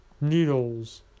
needles